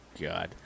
God